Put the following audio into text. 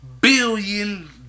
billion